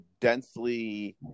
densely